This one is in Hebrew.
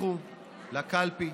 לכו לקלפי,